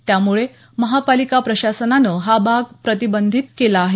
त्यामुळे महापालिका प्रशासनानं हा भाग प्रतिबंधित केला आहे